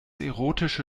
erotische